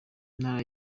intara